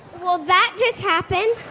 well that just happened